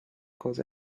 cause